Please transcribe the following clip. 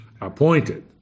Appointed